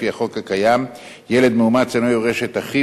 לפי החוק הקיים ילד מאומץ אינו יורש את אחיו